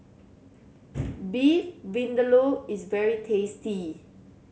Beef Vindaloo is very tasty